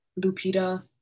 Lupita